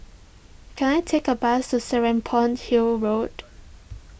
can I take a bus to Serapong Hill Road